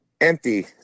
Empty